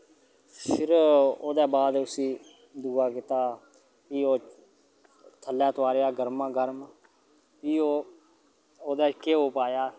फिर ओह्दे बाद उसी दूआ कीता फ्हो ओह् थल्लै तुहारेआ गर्मा गर्म फ्ही ओह् ओह्दे च घ्यो पाया